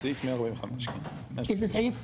איזה סעיף?